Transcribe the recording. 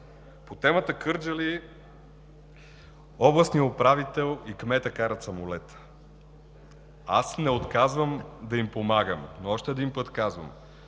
По темата „Кърджали“ – областният управител и кметът карат самолета. Аз не отказвам да им помагам, но още един път казвам,